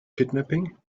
kidnapping